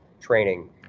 training